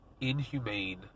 inhumane